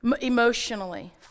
emotionally